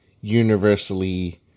universally